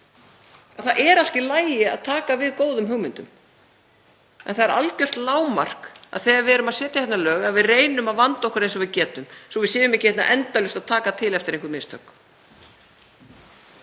það er allt í lagi að taka við góðum hugmyndum. En það er algjört lágmark þegar við erum að setja lög að við reynum að vanda okkur eins og við getum svo við séum ekki endalaust að taka til eftir einhver mistök.